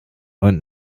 und